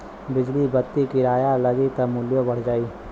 बिजली बत्ति किराया लगी त मुल्यो बढ़ जाई